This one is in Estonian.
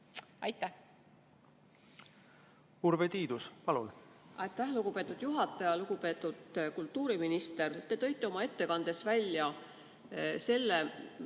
veel pikemalt, palun! Aitäh, lugupeetud juhataja! Lugupeetud kultuuriminister! Te tõite oma ettekandes välja selle,